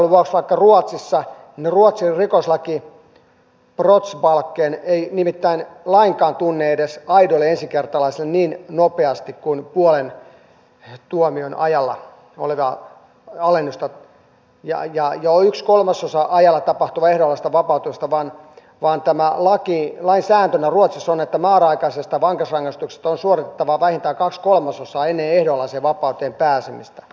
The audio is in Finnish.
vertailun vuoksi ruotsin rikoslaki brottsbalken ei nimittäin lainkaan tunne edes aidoille ensikertalaisille niin nopeasti kuin puolen tuomion ajalla tulevaa alennusta ja jo yksi kolmasosa ajalla tapahtuvaa ehdonalaista vapautusta vaan tämän lain sääntönä ruotsissa on että määräaikaisesta vankeusrangaistuksesta on suoritettava vähintään kaksi kolmasosaa ennen ehdonalaiseen vapauteen pääsemistä